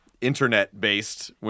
internet-based